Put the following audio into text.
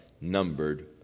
numbered